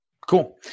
Cool